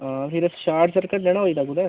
हां एह्दे च शार्ट सर्कट नेईं ना होई दा कुतै